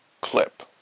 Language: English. clip